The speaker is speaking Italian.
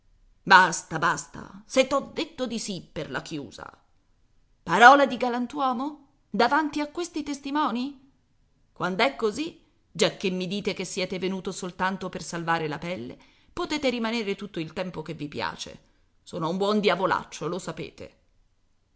basta basta se t'ho detto di sì per la chiusa parola di galantuomo davanti a questi testimoni quand'è così giacchè mi dite che siete venuto soltanto per salvare la pelle potete rimanere tutto il tempo che vi piace sono un buon diavolaccio lo sapete